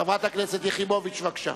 חברת הכנסת יחימוביץ, בבקשה.